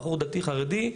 בחור דתי, חרדי.